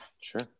sure